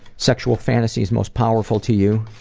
sexual fantasies most powerful to you,